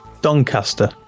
Doncaster